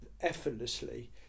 effortlessly